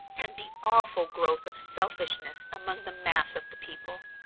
and the awful growth of selfishness among the mass of the people.